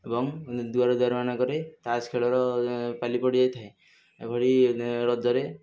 ଏବଂ ଦ୍ୱାର ଦ୍ୱାର ମାନଙ୍କରେ ତାସ୍ ଖେଳର ପାଳି ପଡ଼ି ଯାଇଥାଏ ଏଭଳି ରଜରେ